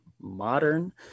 modern